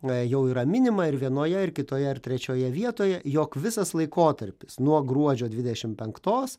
na jau yra minima ir vienoje ir kitoje ir trečioje vietoje jog visas laikotarpis nuo gruodžio dvidešim penktos